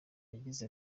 yagize